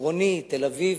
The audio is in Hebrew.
אני עירוני, תל-אביבי.